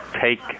take